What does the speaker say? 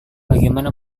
bagaimana